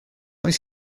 oes